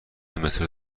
مترو